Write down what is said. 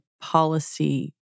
policy